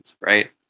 right